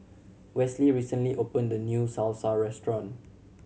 Westley recently opened a new Salsa Restaurant